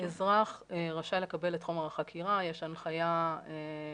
אזרח רשאי לקבל את חומר החקירה, יש הנחיה 14.8,